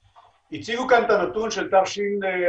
הציגו פה את הנתון של תשע"ו